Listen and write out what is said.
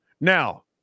Now